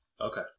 Okay